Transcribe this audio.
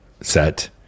set